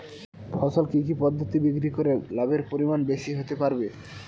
ফসল কি কি পদ্ধতি বিক্রি করে লাভের পরিমাণ বেশি হতে পারবে?